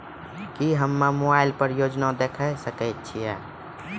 की हम्मे मोबाइल पर योजना देखय सकय छियै?